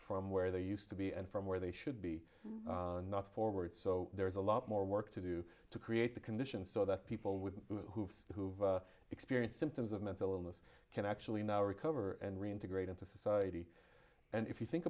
from where they used to be and from where they should be not forward so there is a lot more work to do to create the conditions so that people with hooves who've experienced symptoms of mental illness can actually now recover and reintegrate into society and if you think